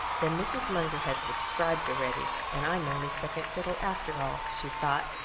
then mrs. munger has subscribed already, and i'm only second fiddle, after all, she thought.